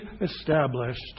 established